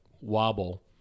wobble